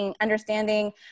understanding